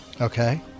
Okay